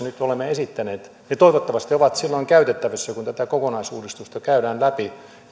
nyt olemme esittäneet toivottavasti ovat silloin käytettävissä kun tätä kokonaisuudistusta käydään läpi